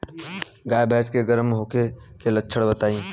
गाय भैंस के गर्म होखे के लक्षण बताई?